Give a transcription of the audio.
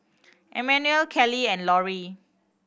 Emmanuel Keli and Lorri